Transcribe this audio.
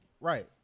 right